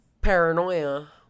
paranoia